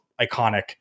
iconic